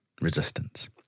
resistance